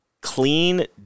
clean